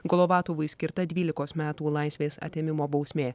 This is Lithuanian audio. golovatovui skirta dvylikos metų laisvės atėmimo bausmė